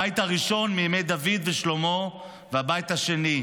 הבית הראשון, מימי דוד ושלמה, והבית השני,